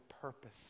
purpose